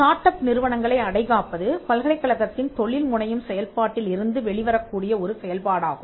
start up நிறுவனங்களை அடைகாப்பது பல்கலைக்கழகத்தின் தொழில் முனையும் செயல்பாட்டில் இருந்து வெளிவரக்கூடிய ஒரு செயல்பாடாகும்